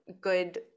good